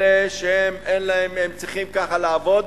אלה שאין להם והם צריכים ככה: לעבוד,